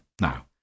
Now